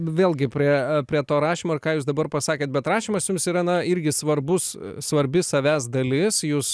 vėlgi prie prie to rašymo ir ką jūs dabar pasakėt bet rašymas jums yra na irgi svarbus svarbi savęs dalis jūs